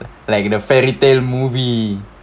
like in a fairy tale movie